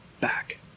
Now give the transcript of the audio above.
back